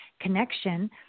connection